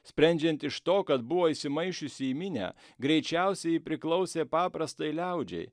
sprendžiant iš to kad buvo įsimaišiusi į minią greičiausiai ji priklausė paprastai liaudžiai